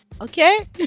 okay